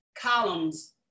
columns